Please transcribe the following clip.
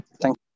Thank